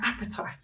appetite